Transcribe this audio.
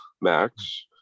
max